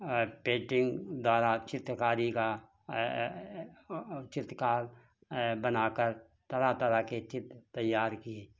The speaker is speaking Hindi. पेन्टिन्ग द्वारा चित्रकारी का चित्रकार बनाकर तरह तरह के चित्र तैयार किए